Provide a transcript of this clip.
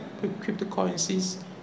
cryptocurrencies